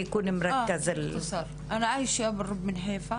אני מחיפה.